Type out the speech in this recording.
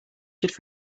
should